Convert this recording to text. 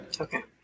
Okay